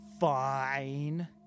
fine